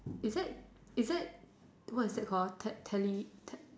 is that is that what is that called ah tele~ tele~